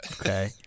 Okay